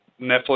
Netflix